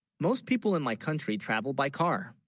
most people in my country travel by car